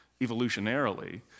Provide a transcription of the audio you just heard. evolutionarily